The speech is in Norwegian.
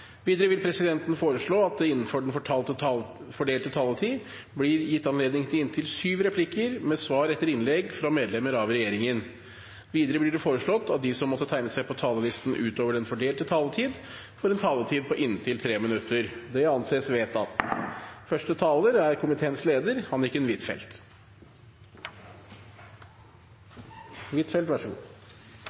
Videre vil presidenten foreslå at det – innenfor den fordelte taletid – blir gitt anledning til inntil sju replikker med svar etter innlegg fra medlemmer av regjeringen. Videre blir det foreslått at de som måtte tegne seg på talerlisten utover den fordelte taletid, får en taletid på inntil 3 minutter. – Det anses vedtatt. Det ble opplyst i samferdselsdebatten fra samferdselsministerens side at debatten hadde gått så